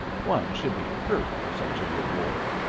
one should be hurt for such a reward.